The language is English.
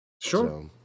Sure